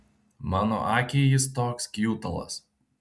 mano akiai jis toks kjutalas